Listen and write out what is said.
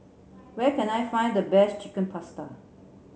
where can I find the best Chicken Pasta